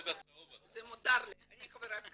אני חברת כנסת,